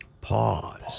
Pause